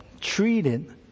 treated